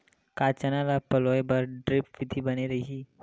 का चना ल पलोय बर ड्रिप विधी बने रही?